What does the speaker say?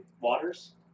Waters